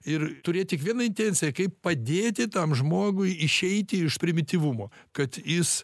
ir turėt tik vieną intenciją kaip padėti tam žmogui išeiti iš primityvumo kad jis